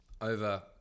Over